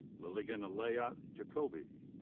lilian ayala jacobo.